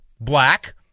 black